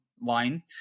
line